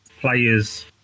players